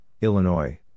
Illinois